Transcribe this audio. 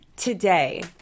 today